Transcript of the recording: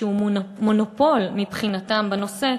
שהוא מונופול מבחינתן בנושא,